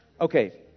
Okay